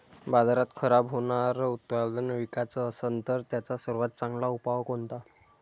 बाजारात खराब होनारं उत्पादन विकाच असन तर त्याचा सर्वात चांगला उपाव कोनता?